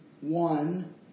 One